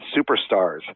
superstars